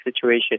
situation